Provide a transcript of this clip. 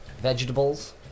vegetables